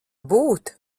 būt